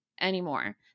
anymore